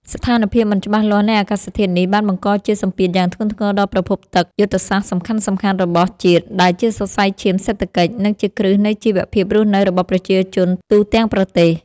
ស្ថានភាពមិនច្បាស់លាស់នៃអាកាសធាតុនេះ បានបង្កជាសម្ពាធយ៉ាងធ្ងន់ធ្ងរដល់ប្រភពទឹកយុទ្ធសាស្ត្រសំខាន់ៗរបស់ជាតិ ដែលជាសរសៃឈាមសេដ្ឋកិច្ច និងជាគ្រឹះនៃជីវភាពរស់នៅរបស់ប្រជាជនទូទាំងប្រទេស។